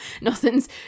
nothing's